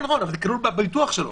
זה כלול בביטוח שלו.